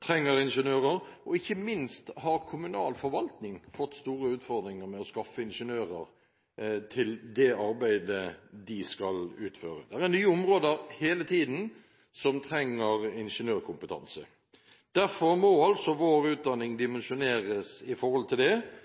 trenger ingeniører, og ikke minst har kommunal forvaltning fått store utfordringer med å skaffe ingeniører til det arbeidet de skal utføre. Det er hele tiden nye områder som trenger ingeniørkompetanse. Derfor må vår utdanning dimensjoneres i forhold til det,